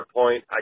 point